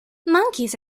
monkeys